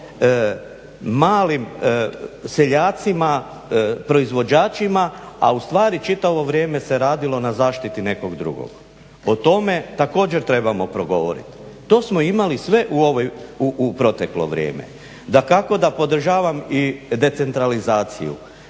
malim seljacima proizvođačima, a u stvari čitavo ovo vrijeme se radilo na zaštiti nekog drugog. O tome također trebamo progovoriti. To smo imali sve u proteklo vrijeme. Dakako da podržavam i decentralizaciju,